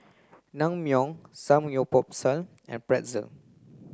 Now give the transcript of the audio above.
Naengmyeon Samgeyopsal and Pretzel